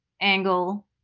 angle